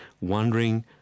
wondering